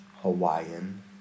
Hawaiian